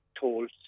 told